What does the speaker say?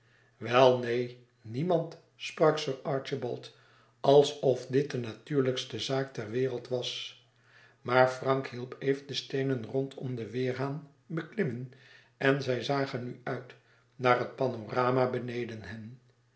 wel neen niemand sprak sir archibald alsof dit de natuurlijkste zaak ter wereld was maar frank hielp eve de steenen rondom den weêrhaan beklimmen en zij zagen nu uit naar het panorama beneden hen